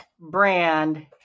brand